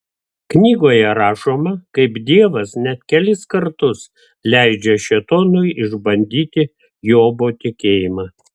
knygoje rašoma kaip dievas net kelis kartus leidžia šėtonui išbandyti jobo tikėjimą